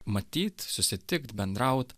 matyt susitikt bendraut